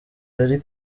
yari